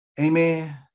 Amen